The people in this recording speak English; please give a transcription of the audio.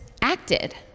acted